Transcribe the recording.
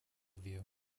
view